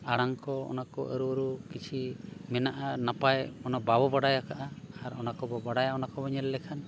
ᱟᱲᱟᱝ ᱠᱚ ᱚᱱᱟ ᱠᱚ ᱟᱹᱨᱩ ᱟᱹᱨᱩ ᱠᱤᱪᱷᱤ ᱢᱮᱱᱟᱜᱼᱟ ᱱᱟᱯᱟᱭ ᱚᱱᱟ ᱵᱟᱵᱚ ᱵᱟᱲᱟᱭ ᱠᱟᱜᱼᱟ ᱟᱨ ᱠᱚᱵᱚ ᱵᱟᱲᱟᱭᱟ ᱚᱱᱟ ᱠᱚᱵᱚᱱ ᱧᱮᱞ ᱞᱮᱠᱷᱟᱱ